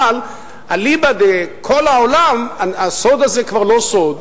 אבל אליבא דכל העולם הסוד הזה כבר לא סוד,